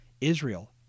Israel